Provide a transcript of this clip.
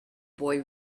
boy